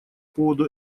поводу